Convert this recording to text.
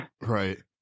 Right